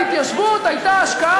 אז בתקציבי החטיבה להתיישבות הייתה השקעה